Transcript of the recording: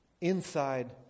Inside